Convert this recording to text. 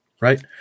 Right